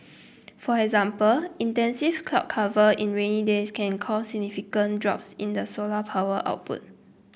for example extensive cloud cover in rainy days can cause significant drops in the solar power output